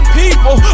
people